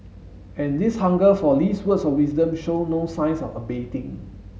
and this hunger for Lee's words of wisdom show no signs of abating